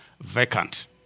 vacant